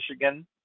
Michigan